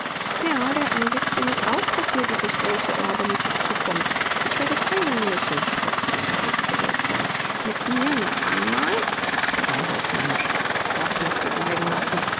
ja der ansicht bin ich auch daß mir dieses große erbe nicht zukommt ich werde teilen müssen versetzte margarete bedeutsam mit mir noch einmal lachte reinhold höhnisch auf das wirst du bleiben lassen